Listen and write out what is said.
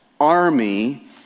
army